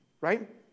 right